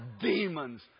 demons